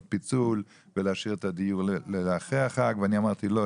פיצול ולהשאיר את הדיון לאחרי החג אני אמרתי לא.